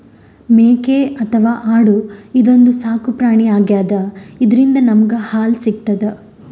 ಮೇಕೆ ಅಥವಾ ಆಡು ಇದೊಂದ್ ಸಾಕುಪ್ರಾಣಿ ಆಗ್ಯಾದ ಇದ್ರಿಂದ್ ನಮ್ಗ್ ಹಾಲ್ ಸಿಗ್ತದ್